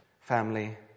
family